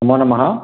नमो नमः